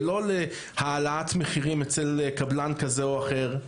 ולא להעלאת מחירים אצל קבלן כזה או אחר,